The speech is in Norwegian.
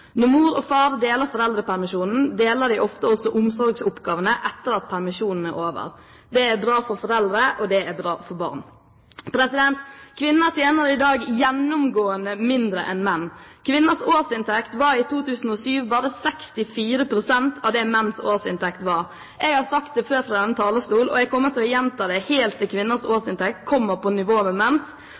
Når mor og far deler foreldrepermisjonen, deler de ofte også omsorgsoppgavene etter at permisjonen er over. Det er bra for foreldrene, og det er bra for barna. Kvinner tjener i dag gjennomgående mindre enn menn. Kvinners årsinntekt var i 2007 bare 64 pst. av det menns årsinntekt var. Jeg har sagt det før fra denne talerstolen, og jeg kommer til å gjenta det helt til kvinners årsinntekt kommer på nivå med menns: